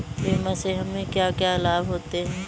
बीमा से हमे क्या क्या लाभ होते हैं?